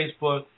Facebook